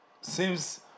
Seems